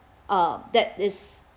uh that is